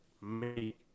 make